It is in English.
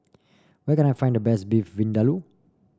where can I find the best Beef Vindaloo